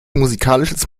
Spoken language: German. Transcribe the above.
musikalisches